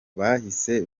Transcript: bahise